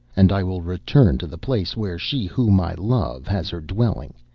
and i will return to the place where she whom i love has her dwelling.